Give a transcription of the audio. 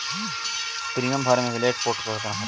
Premium भरे मे late होला पर केतना चार्ज लागेला?